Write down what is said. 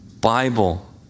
Bible